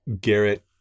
Garrett